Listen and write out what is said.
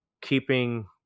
keeping